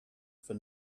for